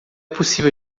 possível